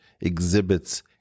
exhibits